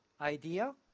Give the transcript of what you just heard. idea